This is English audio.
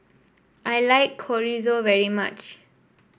I like Chorizo very much